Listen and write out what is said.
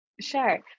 Sure